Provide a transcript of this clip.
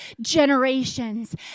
generations